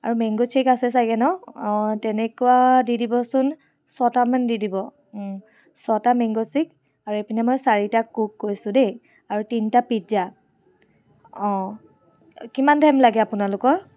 আৰু mango shake আছে চাগে ন' অ' তেনেকুৱা দি দিবচোন ছয়টামান দি দিব অ' ছয়টা মেংগ' শ্বে'ক আৰু এইপিনে মই চাৰিটা ক'ক কৈছো দেই আৰু তিনিটা পিজ্জা অ' কিমান টাইম লাগে আপোনালোকৰ